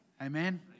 Amen